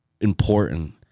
important